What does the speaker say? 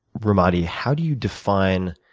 ramadi, how do you define